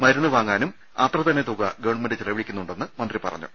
മരുന്നു വാങ്ങാൻ അത്രതന്നെ തുക ഗവൺമെന്റ് ചെലവഴിക്കുന്നുണ്ടെന്നും മന്ത്രി പറഞ്ഞു